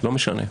לא משנה.